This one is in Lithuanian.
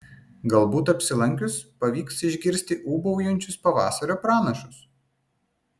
galbūt apsilankius pavyks išgirsti ūbaujančius pavasario pranašus